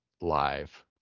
live